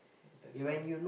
that's right